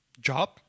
job